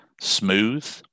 Smooth